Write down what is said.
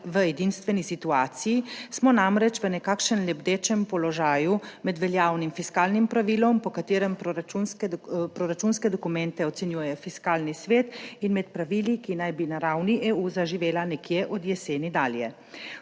v edinstveni situaciji, smo namreč v nekakšnem lebdečem položaju med veljavnim fiskalnim pravilom, po katerem proračunske proračunske dokumente ocenjuje Fiskalni svet in med pravili, ki naj bi na ravni EU zaživela nekje od jeseni dalje.